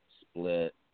Split